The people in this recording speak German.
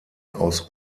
aus